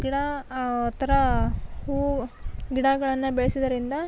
ಗಿಡ ಆ ಥರ ಹೂವು ಗಿಡಗಳನ್ನ ಬೆಳೆಸುವುದರಿಂದ